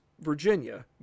Virginia